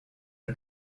are